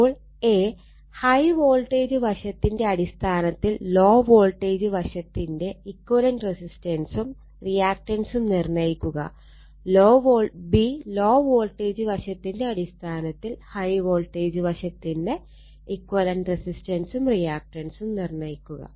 അപ്പോൾ high voltage വശത്തിന്റെ അടിസ്ഥാനത്തിൽ ലോ വോൾട്ടേജ് വശത്തിന്റെ ഇക്വലന്റ് റെസിസ്റ്റൻസും റിയാക്റ്റൻസും നിർണ്ണയിക്കുക ലോ വോൾട്ടേജ് വശത്തിന്റെ അടിസ്ഥാനത്തിൽ ഹൈ വോൾട്ടേജ് വശത്തിന്റെ ഇക്വലന്റ് റെസിസ്റ്റൻസും റിയാക്റ്റൻസും നിർണ്ണയിക്കുക